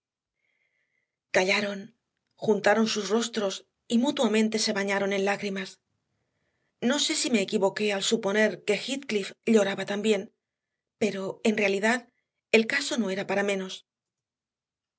callaron juntaron sus rostros y mutuamente se bañaron en lágrimas no sé si me equivoqué al suponer que heathcliff lloraba también pero en verdad el caso no era para menos